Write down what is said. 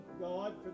God